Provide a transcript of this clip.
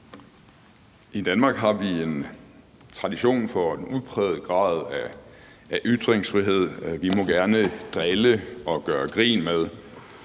I Danmark har vi tradition for en udpræget grad af ytringsfrihed. Vi må gerne drille og gøre grin med